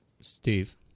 Steve